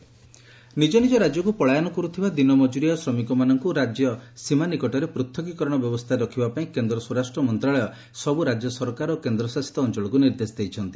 ଶ୍ରମିକଙ୍କୁ ଗୃହମନ୍ତ୍ରଣାଳୟ ନିଜ ନିଜ ରାଜ୍ୟକୁ ପଳାୟନ କରୁଥିବା ଦିନ ମଜୁରିଆ ଓ ଶ୍ରମିକମାନଙ୍କୁ ରାଜ୍ୟ ସୀମା ନିକଟରେ ପୃଥ୍କୀକରଣ ବ୍ୟବସ୍ଥାରେ ରଖିବା ପାଇଁ କେନ୍ଦ୍ର ସ୍ୱରାଷ୍ଟ୍ର ମନ୍ତ୍ରଣାଳୟ ସବୁ ରାଜ୍ୟ ସରକାର ଓ କେନ୍ଦ୍ରଶାସିତ ଅଞ୍ଚଳକୁ ନିଦ୍ଦେଶ ଦେଇଛନ୍ତି